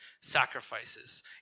sacrifices